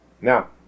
Now